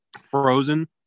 Frozen